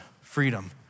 freedom